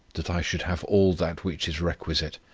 that i should have all that which is requisite